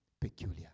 peculiar